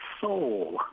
soul